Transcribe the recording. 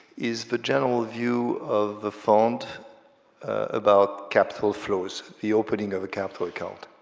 is the general view of the fund about capital flows. the opening of a capital account.